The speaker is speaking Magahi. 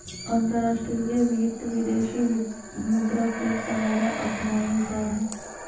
अंतर्राष्ट्रीय वित्त, विदेशी मुद्रा के सहारा अपनावल जा हई